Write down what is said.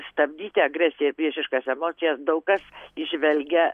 stabdyti agresiją ir priešiškas emocijas daug kas įžvelgia